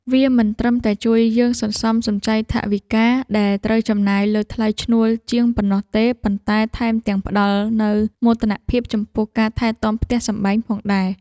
វាមិនត្រឹមតែជួយយើងសន្សំសំចៃថវិកាដែលត្រូវចំណាយលើថ្លៃឈ្នួលជាងប៉ុណ្ណោះទេ ប៉ុន្តែថែមទាំងផ្តល់នូវមោទនភាពចំពោះការថែទាំផ្ទះសម្បែងផងដែរ។